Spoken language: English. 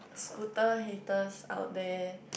scooter haters out there